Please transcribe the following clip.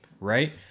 right